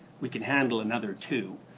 we can handle another two.